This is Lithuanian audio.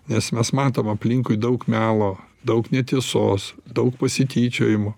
nes mes matom aplinkui daug melo daug netiesos daug pasityčiojimų